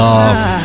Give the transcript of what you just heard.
Love